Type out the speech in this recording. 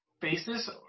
basis